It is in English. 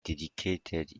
dedicated